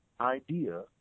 idea